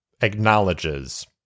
acknowledges